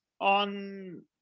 on